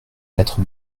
quatre